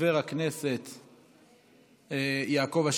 חברת הכנסת קרן ברק, אינה נוכחת.